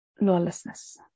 lawlessness